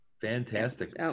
Fantastic